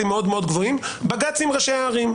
מאוד מאוד גבוהים - בג"צ עם ראשי הערים.